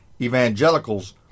evangelicals